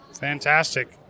Fantastic